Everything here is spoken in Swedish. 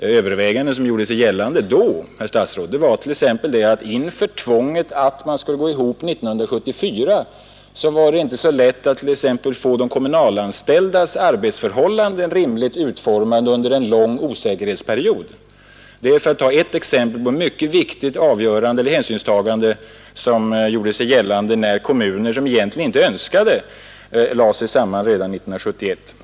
De överväganden som gjorde sig gällande då, herr statsråd, var t.ex. att inför tvånget att man skulle gå samman 1974 var det inte så lätt att få de kommunalanställdas arbetsförhållanden rimligt utformade under en lång osäkerhetsperiod. Det är exempel på ett mycket viktigt hänsynstagande som gjorde sig gällande när kommuner, som egentligen inte önskade sammanläggning, ändock gick samman redan 1971.